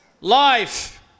life